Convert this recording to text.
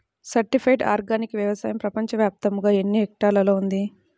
Certified organic వ్యవసాయం ప్రపంచ వ్యాప్తముగా ఎన్నిహెక్టర్లలో ఉంది?